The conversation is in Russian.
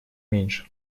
меньше